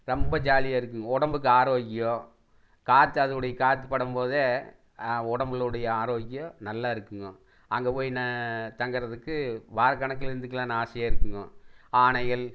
ரொம்ப ஜாலியாக இருக்கும் உடம்புக்கு ஆரோக்கியம் காற்று அதோடைய காற்று படும்போதே உடம்புளுடைய ஆரோக்கியம் நல்லா இருக்குங்க அங்கே போய் நான் தங்குறதுக்கு வாரக்கணக்கிலருந்துக்கலானு ஆசையாக இருக்குங்க யானைகள்